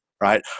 right